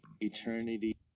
Eternity